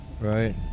Right